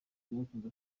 byakunze